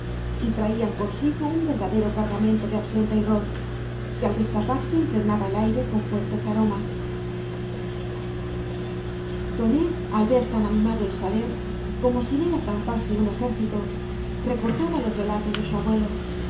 y traían consigo un verdadero cargamento de absenta y ron que al destaparse impregnaba el aire con fuertes aromas tonet al ver tan animado el saler como si en él acampase un ejército recordaba ios relatos de eu abuelo